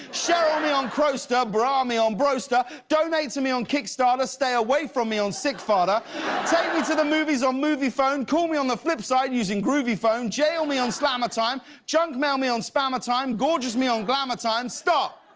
cheryl me on crowster, brah me on bro-ster, donate donate to me on kickstarter, stay away from me on sickfarter, take me to the movies on moviefone, call me on the flip-side using groovy phone, jail me on slammer time, junk mail me on spammer time, gorgeous me on glamour time, stop